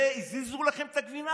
והזיזו לכם את הגבינה.